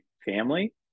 family